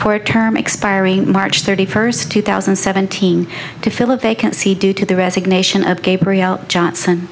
court term expiring march thirty first two thousand and seventeen to fill a vacancy due to the resignation of gabriel johnson